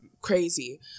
crazy